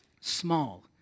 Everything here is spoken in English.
small